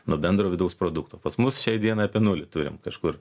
nuo bendro vidaus produkto pas mus šiai dienai apie nulį turim kažkur